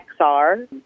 XR